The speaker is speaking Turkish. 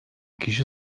kişi